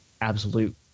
absolute